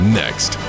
next